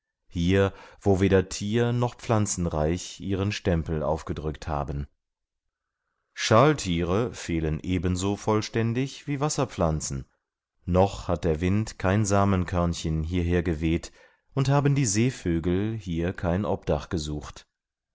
hier wo weder thier noch pflanzenreich ihren stempel aufgedrückt haben schalthiere fehlen ebenso vollständig wie wasserpflanzen noch hat der wind kein samenkörnchen hierher geweht und haben die seevögel hier kein obdach gesucht